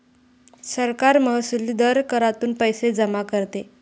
सरकार महसुली दर करातून पैसे जमा करते